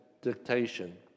dictation